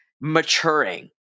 maturing